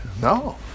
no